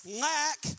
lack